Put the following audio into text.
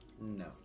No